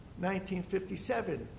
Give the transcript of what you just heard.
1957